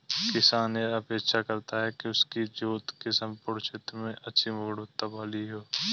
किसान यह अपेक्षा करता है कि उसकी जोत के सम्पूर्ण क्षेत्र में अच्छी गुणवत्ता वाली हो